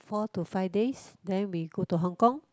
four to five days then we go to Hong-Kong